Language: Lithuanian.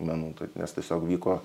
menų nes tiesiog vyko